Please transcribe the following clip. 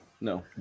No